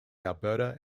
alberta